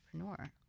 entrepreneur